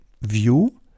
view